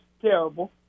terrible